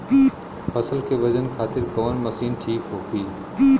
फसल के वजन खातिर कवन मशीन ठीक होखि?